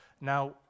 now